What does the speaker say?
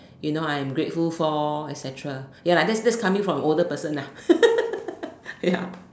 you know I'm grateful for etcetra ya lah that's that's coming from an older person ah ya